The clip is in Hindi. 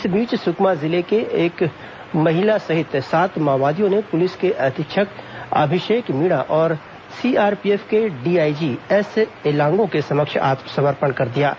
इस बीच सुकमा जिले में एक महिला सहित सात माओवादियों ने पुलिस अधीक्षक अभिषेक मीणा और सीआरपीएफ के डीआईजी एस एलांगो के समक्ष आत्मसमर्पण कर दिया है